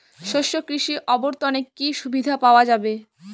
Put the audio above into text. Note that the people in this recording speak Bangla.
শস্য কৃষি অবর্তনে কি সুবিধা পাওয়া যাবে?